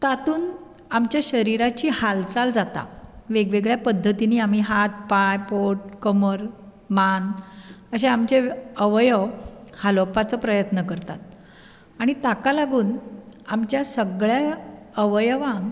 तातूंत आमच्या शरिराची हालचाल जाता वेग वेगळ्या पद्दतींनी आमी हात पांय पोट कमर मान अशे आमचे अव्यव हालोवपाचो प्रयत्न करतात आनी ताका लागून आमच्या सगळ्या अव्यवांक